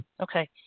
Okay